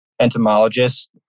entomologist